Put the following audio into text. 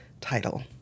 title